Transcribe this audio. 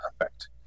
effect